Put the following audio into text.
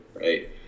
right